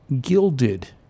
gilded